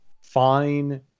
fine